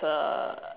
uh